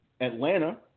Atlanta